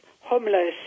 homeless